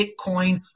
bitcoin